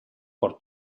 por